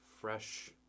fresh